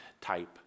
type